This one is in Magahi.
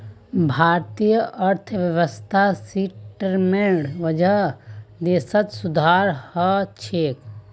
भारतीय अर्थव्यवस्था सिस्टमेर वजह देशत सुधार ह छेक